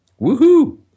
Woohoo